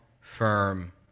firm